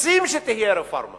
רוצים שתהיה רפורמה